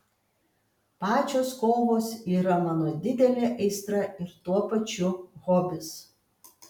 pačios kovos yra mano didelė aistra ir tuo pačiu hobis